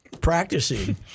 practicing